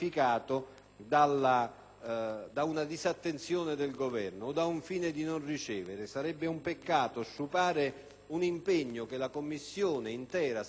da una disattenzione del Governo o da un fine di non ricevere: sarebbe un peccato sciupare un impegno che la Commissione intera, senza differenze politiche,